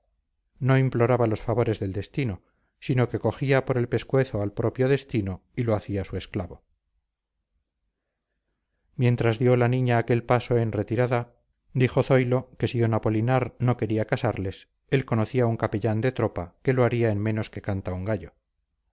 no imploraba los favores del destino sino que cogía por el pescuezo al propio destino y lo hacía su esclavo mientras dio la niña aquel paso en retirada dijo zoilo que si d apolinar no quería casarles él conocía un capellán de tropa que lo haría en menos que canta un gallo